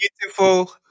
Beautiful